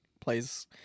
Plays